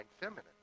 feminine